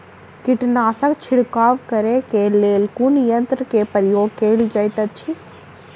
कीटनासक छिड़काव करे केँ लेल कुन यंत्र केँ प्रयोग कैल जाइत अछि?